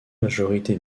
majorité